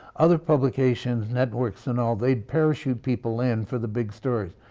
other publications, networks and all, they parachute people in for the big stories.